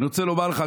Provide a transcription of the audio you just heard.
אני רוצה לומר לך,